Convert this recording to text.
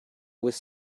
was